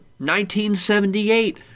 1978